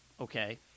Okay